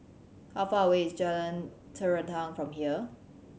how far away is Jalan Terentang from here